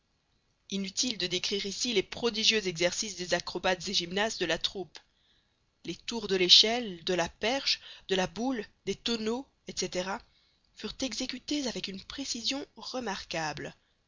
inutile de décrire ici les prodigieux exercices des acrobates et gymnastes de la troupe les tours de l'échelle de la perche de la boule des tonneaux etc furent exécutés avec une précision remarquable